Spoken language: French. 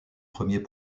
premiers